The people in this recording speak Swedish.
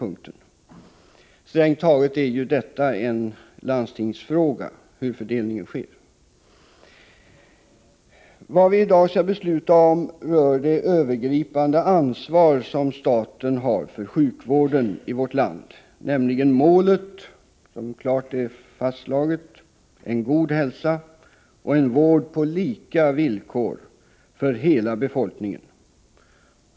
Hur fördelningen av läkarresurser sker är ju strängt taget en fråga för landstingen. Vad vi i dag skall besluta om rör det övergripande ansvar som staten har för sjukvården i vårt land, nämligen det klart fastlagda målet en god hälsa och en vård på lika villkor för hela befolkningen.